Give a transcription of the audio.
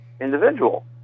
individual